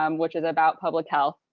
um which is about public health.